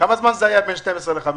כמה זמן זה היה בין 12 ל-15?